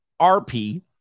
RP